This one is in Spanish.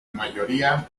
mayoría